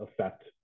affect